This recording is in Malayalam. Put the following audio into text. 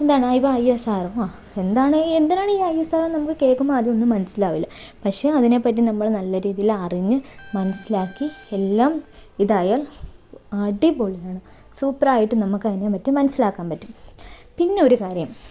എന്താണ് ഇപ്പോൾ ഐ എസ് ആർ ഒ ആ എന്താണ് എന്തിനാണ് ഈ ഐ എസ് ആർ ഒ നമുക്ക് കേൾക്കുമ്പോൾ ആദ്യം ഒന്നും മനസ്സിലാവില്ല പക്ഷേ അതിനെപ്പറ്റി നമ്മൾ നല്ല രീതിയിൽ അറിഞ്ഞ് മനസ്സിലാക്കി എല്ലാം ഇതായാൽ അടിപൊളിയാണ് സൂപ്പർ ആയിട്ട് നമുക്ക് അതിനെപ്പറ്റി മനസ്സിലാക്കാൻ പറ്റും പിന്നെ ഒരു കാര്യം